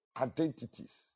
identities